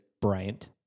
Bryant